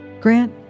Grant